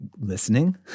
listening